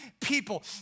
people